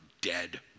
dead